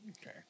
Okay